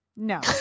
No